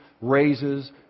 raises